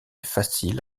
facile